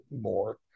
more